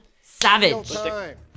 savage